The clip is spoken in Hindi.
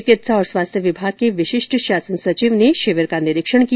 चिकित्सा और स्वास्थ्य विभाग के विशिष्ट शासन सचिव ने शिविर का निरीक्षण किया